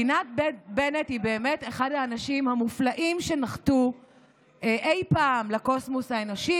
גילת בנט היא באמת אחד האנשים המופלאים שנחתו אי-פעם בקוסמוס האנושי,